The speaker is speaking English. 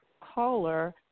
caller